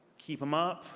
keep them up.